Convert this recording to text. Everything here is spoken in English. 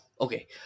Okay